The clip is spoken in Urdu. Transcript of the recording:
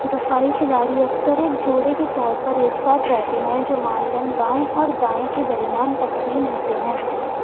دفاعی کھلاڑی اکثر ایک جوڑے کے طور پر ایک ساتھ رہتے ہیں جو معمولاً بائیں اور دائیں کے درمیان تکسیم ہوتے ہیں